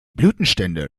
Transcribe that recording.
blütenstände